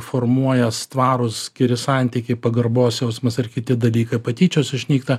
formuojas tvarūs geri santykiai pagarbos jausmas ar kiti dalykai patyčios išnyksta